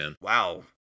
wow